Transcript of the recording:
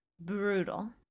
brutal